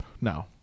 No